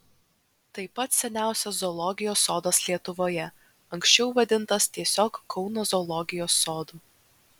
tai pats seniausias zoologijos sodas lietuvoje anksčiau vadintas tiesiog kauno zoologijos sodu